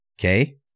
Okay